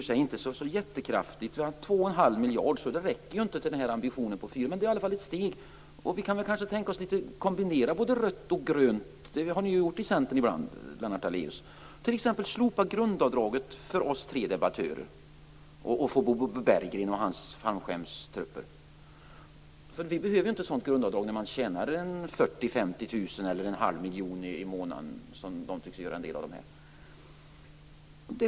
Det är inte så jättekraftigt, så det räcker inte till ambitionen om 4 miljarder, men det är i alla fall ett steg. Det har ni ju gjort i Centern ibland, Lennart Daléus. Den som tjänar 40 000-50 000 eller 1⁄2 miljon i månaden, som en del tycks göra, behöver inte något sådant grundavdrag.